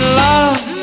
love